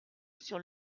sur